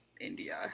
India